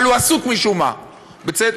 אבל הוא עסוק משום מה, בצדק.